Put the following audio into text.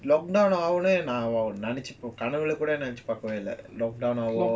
lockdown ஆவும்னேநான்நெனச்சிகனவுலகூடநெனச்சிபார்க்கல:avumne nan nenachi kanavula kooda nenachi parkala lockdown